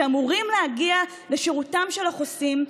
שאמורים להגיע לשירותם של החוסים,